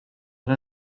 but